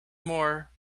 more